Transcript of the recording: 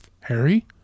Harry